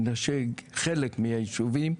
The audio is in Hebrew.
חלק מהיישובים.